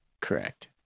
Correct